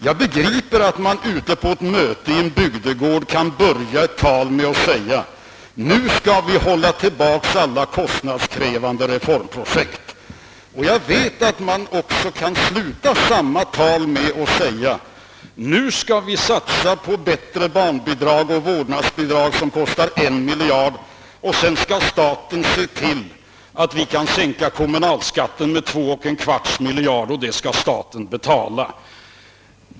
Jag begriper att man ute på ett möte i en bygdegård kan börja ett tal med att säga, att vi nu skall avstå från alla kostnadskrävande reformprojekt, och jag vet också att man kan sluta samma tal med att yttra att vi nu skall satsa på bättre barnbidrag och vårdnadsbidrag som kostar en miljard och att staten skall se till att kommunalskatten sänks med 21/, miljarder — och det skall staten betala.